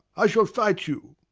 i shall fight you!